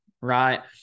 Right